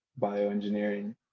bioengineering